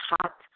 hot